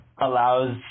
allows